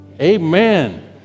amen